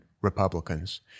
Republicans